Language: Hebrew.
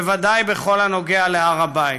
בוודאי בכל הנוגע להר הבית.